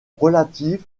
relatives